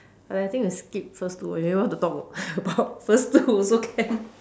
I I think we skip first two or maybe want to talk about about first two also can